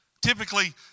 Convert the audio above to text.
Typically